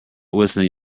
whistling